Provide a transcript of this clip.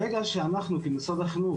ברגע שאנחנו כמשרד החינוך,